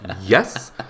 yes